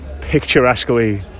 picturesquely